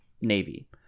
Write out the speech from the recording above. Navy